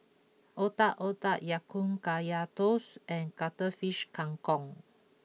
Otak Otak Ya Kun Kaya Toast and Cuttlefish Kang Kong